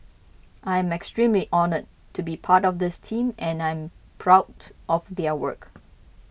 I'm extremely honoured to be part of this team and am proud of their work